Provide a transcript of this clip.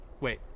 wait